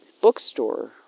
bookstore